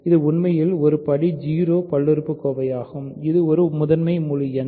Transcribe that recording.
இது உண்மையில் ஒரு படி 0 பல்லுறுப்புக்கோவையாகும் இது ஒரு முதன்மை முழு எண்